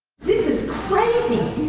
this is crazy!